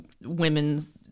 women's